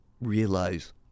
realize